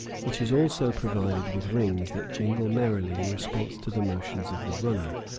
which is also provided with rings that jingle merrily in response to the motions of the runner.